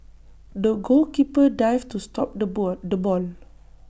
the goalkeeper dived to stop the ball the bone